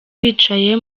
wicaye